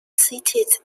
seated